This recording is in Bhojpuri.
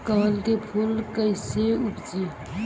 कमल के फूल कईसे उपजी?